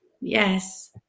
Yes